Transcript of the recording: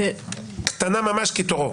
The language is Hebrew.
אני מנשיאות המגזר העסקי.